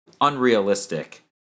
unrealistic